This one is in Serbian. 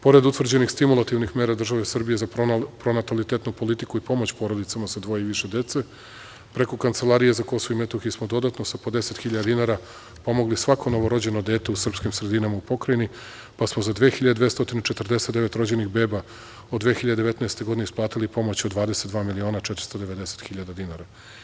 Pored utvrđenih stimulativnim mera države Srbije za pronatalitetnu politiku i pomoć porodicama sa dvoje i više dece, preko Kancelarije za Kosovo i Metohiju smo dodano sa po deset hiljade dinara pomogli svako novorođeno dete u srpskim sredinama u pokrajini, pa smo za 2249 rođenih beba od 2019. godine isplatili pomoć od 22 miliona 490 hiljade dinara.